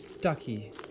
Ducky